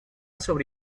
sobre